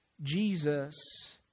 Jesus